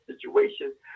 situations